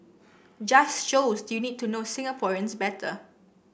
just shows you need to know Singaporeans better